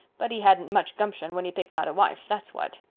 but he hadn't much gumption when he picked out a wife, that's what.